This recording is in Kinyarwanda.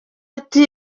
ati